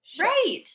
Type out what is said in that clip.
right